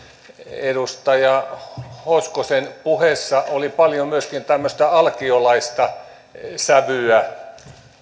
edustaja hoskosen puheessa oli paljon myöskin tämmöistä alkiolaista sävyä